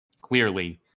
Clearly